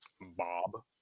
Bob